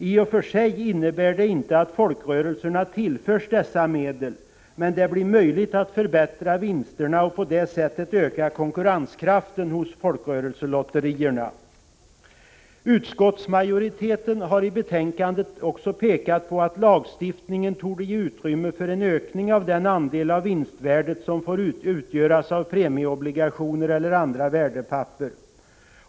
I och för sig innebär det inte att folkrörelserna tillförs dessa medel, men det blir möjligt att förbättra vinsterna och på det sättet öka konkurrenskraften hos folkrörelselotterierna. Utskottsmajoriteten har i betänkandet pekat på att lagstiftningen torde ge utrymme för en ökning av den andel av vinstvärdet som får utgöras av premieobligationer eller andra värdepapper.